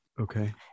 Okay